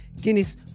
guinness